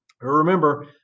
remember